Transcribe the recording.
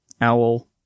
Owl